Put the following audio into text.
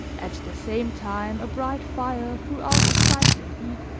at the same time a bright fire threw out a stifling heat.